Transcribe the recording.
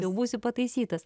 jau būsiu pataisytas